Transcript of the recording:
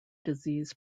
disease